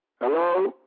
Hello